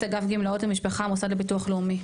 אגף גמלאות המשפחה המוסד לביטוח לאומי,